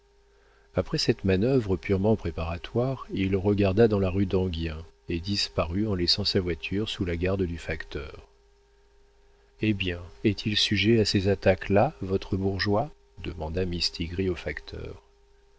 après cette manœuvre purement préparatoire il regarda dans la rue d'enghien et disparut en laissant sa voiture sous la garde du facteur eh bien est-il sujet à ces attaques là votre bourgeois demanda mistigris au facteur